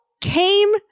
Came